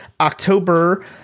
October